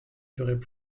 feraient